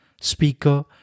speaker